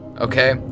Okay